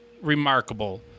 remarkable